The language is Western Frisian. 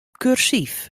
kursyf